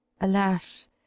Alas